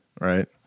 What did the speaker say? Right